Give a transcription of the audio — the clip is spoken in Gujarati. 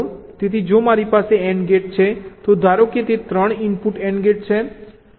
તેથી જો મારી પાસે AND ગેટ છે તો ધારો કે તે 3 ઇનપુટ AND ગેટ છે